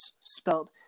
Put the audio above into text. spelled